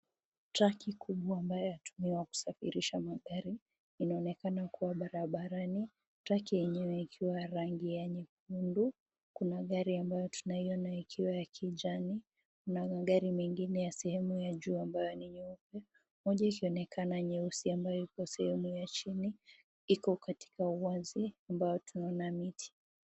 Traki kubwa ambayp inatumiwa kusafirisha magari inaonekana kuwa barabarani, traki yenyewe ikiwa rangi ya nyekundu. Kuna gari ambayo tunaiona ikiwa ya kijani na magari mengine ya sehemu ya juu ambayo ni nyeupe, moja ikionekana nyeusi ambayo iko sehemu ya chini iko katika uwazi ambao tunaona miti.